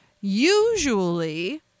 Usually